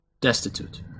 destitute